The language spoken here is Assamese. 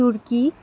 তুৰ্কী